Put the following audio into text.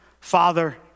father